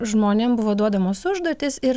žmonėm buvo duodamos užduotys ir